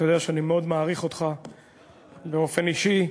אתה יודע שאני מאוד מעריך אותך באופן אישי,